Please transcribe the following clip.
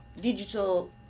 digital